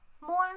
more